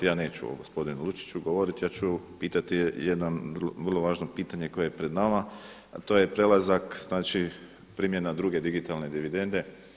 Ja neću o gospodinu Lučiću govoriti, ja ću pitati jedno vrlo važno pitanje koje je pred nama, a to je prelazak, znači primjena druge digitalne dividende.